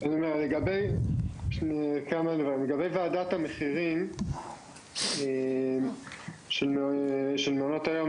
לגבי ועדת המחירים של מעונות היום,